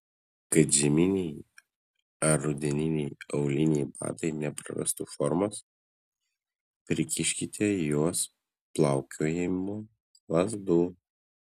kad žieminiai ar rudeniniai auliniai batai neprarastų formos prikiškite į juos plaukiojimo lazdų